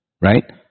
right